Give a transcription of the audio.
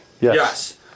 Yes